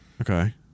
Okay